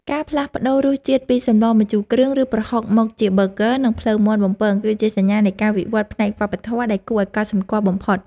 ការផ្លាស់ប្តូររសជាតិពីសម្លម្ជូរគ្រឿង ឬប្រហុកមកជាប៊ឺហ្គ័រ និងភ្លៅមាន់បំពង គឺជាសញ្ញានៃការវិវត្តផ្នែកវប្បធម៌ដែលគួរឲ្យកត់សម្គាល់បំផុត។